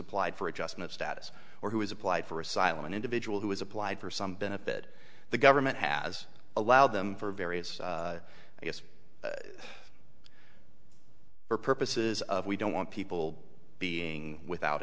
applied for adjustment status or who has applied for asylum an individual who has applied for some benefit the government has allowed them for various us for purposes of we don't want people being without